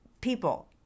people